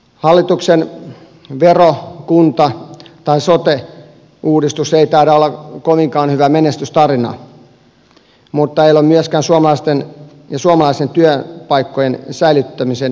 hallituksen vero kunta tai sote uudistus ei taida olla kovinkaan hyvä menestystarina mutta eivät ole myöskään suomalaisten työpaikkojen säilyttämisen toimenpiteet